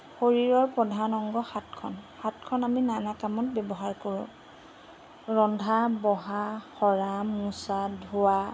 শৰীৰৰ প্ৰধান অংগ হাতখন হাতখন আমি নানা কামত ব্যৱহাৰ কৰোঁ ৰন্ধা বঢ়া সৰা মোচা ধোৱা